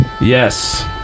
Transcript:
Yes